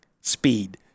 speed